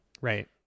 Right